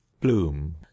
bloom